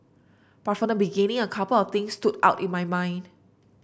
but from the beginning a couple of things stood out in my mind